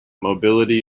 mobility